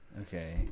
okay